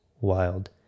wild